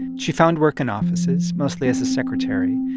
she found work in offices, mostly as a secretary,